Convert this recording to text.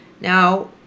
now